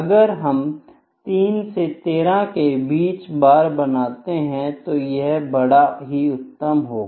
अगर हम 3 से 13 के बीच बार बनाते हैं तो यह बड़ा ही उत्तम होगा